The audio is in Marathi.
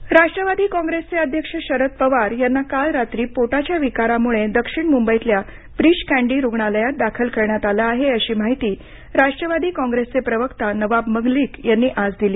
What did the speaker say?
पवार राष्ट्रवादी काँग्रेसचे अध्यक्ष शरद पवार यांना काल रात्री पोटाच्या विकारामुळे दक्षिण मुंबईतल्या ब्रीच कँडी रुग्णालयात दाखल करण्यात आलं आहे अशी माहिती राष्ट्रवादी काँग्रेसचे प्रवक्ता नवाब मलिक यांनी आज दिली